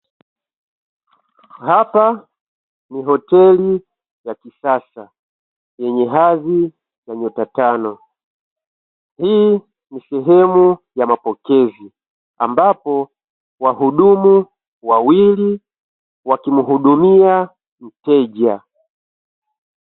Hapa ni hoteli ya kisasa, yenye hadhi ya nyota tano. Hii ni sehemu ya mapokezi, ambapo wahudumu wawili wakimhudumia mteja.